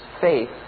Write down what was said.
faith